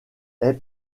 est